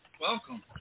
welcome